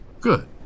Good